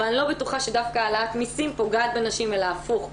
אבל אני לא בטוחה שדווקא העלאת מסים פוגעת בנשים אלא הפוך,